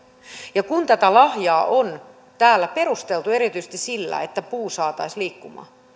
ja kun tätä lahjaa on täällä perusteltu erityisesti sillä että puu saataisiin liikkumaan